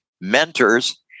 mentors